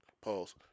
Pause